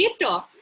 later